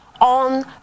on